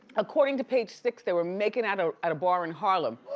according to page six, they were making out ah at a bar in harlem.